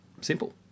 Simple